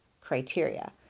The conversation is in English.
criteria